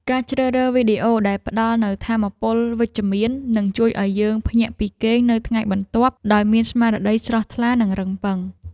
ការជ្រើសរើសវីដេអូដែលផ្ដល់នូវថាមពលវិជ្ជមាននឹងជួយឱ្យយើងភ្ញាក់ពីគេងនៅថ្ងៃបន្ទាប់ដោយមានស្មារតីស្រស់ថ្លានិងរឹងប៉ឹង។